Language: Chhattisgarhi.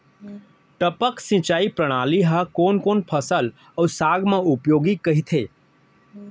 टपक सिंचाई प्रणाली ह कोन कोन फसल अऊ साग म उपयोगी कहिथे?